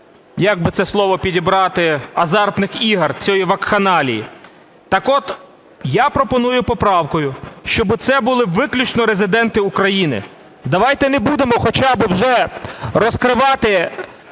як би це слово підібрати, азартних ігор, цієї вакханалії. Так от я пропоную поправкою, щоб це були виключно резиденти України. Давайте не будемо хоча б уже розкривати